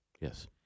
Yes